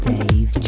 Dave